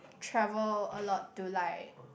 travel a lot to like